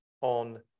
on